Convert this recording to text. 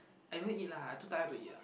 I don't eat lah too tired to eat ah